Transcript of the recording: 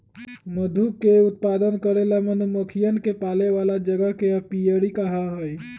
मधु के उत्पादन करे ला मधुमक्खियन के पाले वाला जगह के एपियरी कहा हई